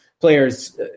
players